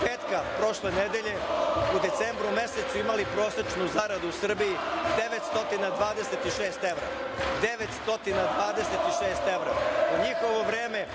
petka prošle nedelje u decembru mesecu imali prosečnu zaradu u Srbiji 926 evra. U njihovo vreme